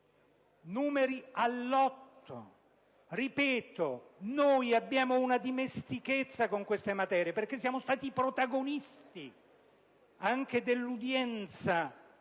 bancario). Ripeto: abbiamo una dimestichezza con queste materie, perché siamo stati i protagonisti anche dell'udienza